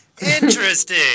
Interesting